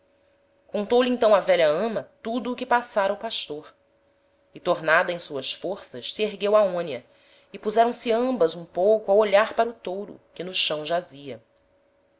nova contou-lhe então a velha ama tudo o que passara o pastor e tornada em suas forças se ergueu aonia e puseram-se ambas um pouco a olhar para o touro que no chão jazia